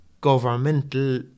governmental